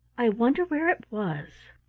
i wonder where it was!